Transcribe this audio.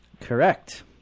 Correct